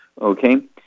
Okay